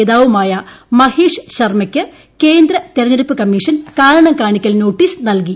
നേതാവുമായ മഹേഷ് ശർമ്മക്ക് കേന്ദ്ര തെരഞ്ഞെടൂപ്പ് കൃമ്മീഷൻ കാരണം കാണിക്കൽ നോട്ടീസ് നൽകി